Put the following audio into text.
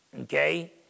okay